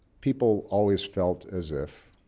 people always felt as if